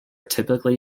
typically